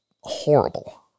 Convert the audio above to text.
horrible